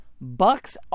bucks